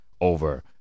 over